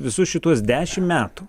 visus šituos dešimt metų